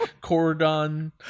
Cordon